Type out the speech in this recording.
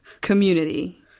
community